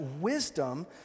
wisdom